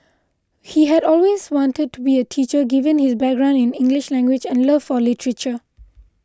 he had always wanted to be a teacher given his background in English language and love for literature